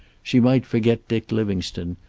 she might forget dick livingstone,